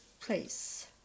place